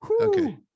okay